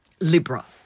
Libra